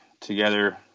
together